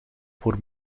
voor